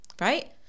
Right